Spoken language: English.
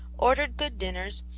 ordered good dinners,